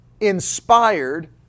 inspired